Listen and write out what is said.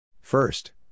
First